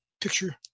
picture